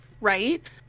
right